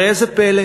ראה זה פלא.